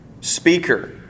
speaker